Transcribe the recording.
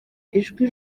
ijwi